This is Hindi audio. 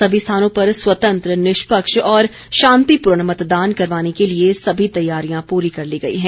सभी स्थानों पर स्वतंत्र निष्पक्ष और शांतिपूर्ण मतदान करवाने के लिए सभी तैयारियां पूरी कर ली गई हैं